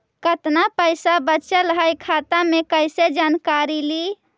कतना पैसा बचल है खाता मे कैसे जानकारी ली?